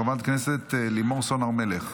של חברת הכנסת לימור סון הר מלך.